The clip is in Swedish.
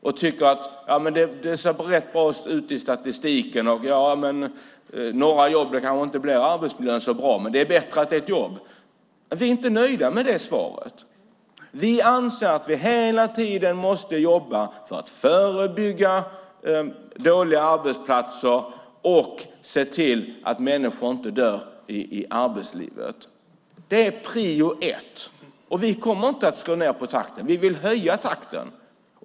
Ni tycker att det ser rätt bra ut i statistiken, och på några jobb är kanske arbetsmiljön inte så bra, men det är i alla fall bättre att det är ett jobb. Vi är inte nöjda med det svaret. Vi anser att vi hela tiden måste jobba för att förebygga dåliga arbetsplatser och se till att människor inte dör i arbetslivet. Det är prioritet 1. Vi kommer inte att slå av på takten. Vi vill höja takten.